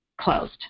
closed